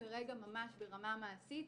שכרגע ממש ברמה מעשית,